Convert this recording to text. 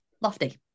Lofty